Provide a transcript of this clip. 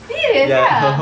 serious ah